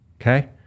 Okay